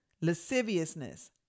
lasciviousness